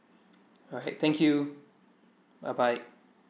alright thank you bye bye